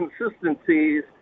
inconsistencies